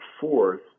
fourth